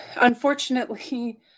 Unfortunately